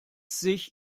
sich